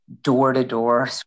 door-to-door